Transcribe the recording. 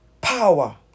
power